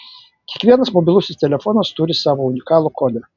kiekvienas mobilusis telefonas turi savo unikalų kodą